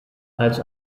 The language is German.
als